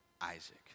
Isaac